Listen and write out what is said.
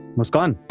mushkan